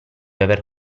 aver